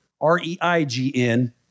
R-E-I-G-N